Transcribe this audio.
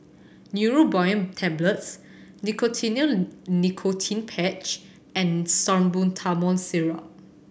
Neurobion Tablets Nicotinell Nicotine Patch and Salbutamol Syrup